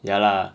ya lah